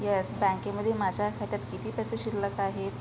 yes बँकेमधील माझ्या खात्यात किती पैसे शिल्लक आहेत